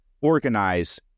organize